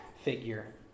figure